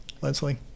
Leslie